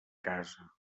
casa